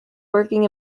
working